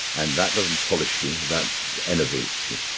and that doesn't polish you, that enervates you.